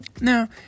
Now